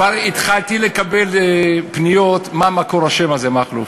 כבר התחלתי לקבל פניות מה מקור השם הזה, מכלוף,